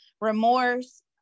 remorse